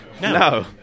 No